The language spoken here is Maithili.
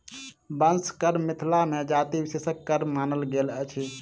बंस कर्म मिथिला मे जाति विशेषक कर्म मानल गेल अछि